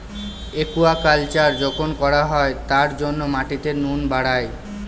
aquaculture যখন করা হয় তার জন্য মাটিতে নুন বাড়ায়